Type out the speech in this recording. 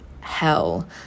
hell